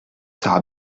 sera